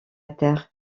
terre